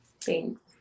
Thanks